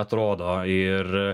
atrodo ir